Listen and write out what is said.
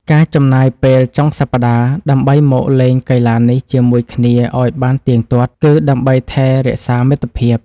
ការចំណាយពេលចុងសប្តាហ៍ដើម្បីមកលេងកីឡានេះជាមួយគ្នាឱ្យបានទៀងទាត់ គឺដើម្បីថែរក្សាមិត្តភាព។